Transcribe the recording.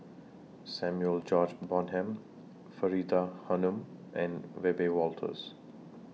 Samuel George Bonham Faridah Hanum and Wiebe Wolters